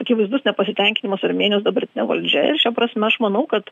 akivaizdus nepasitenkinimas armėnijos dabartine valdžia ir šia prasme aš manau kad